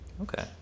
Okay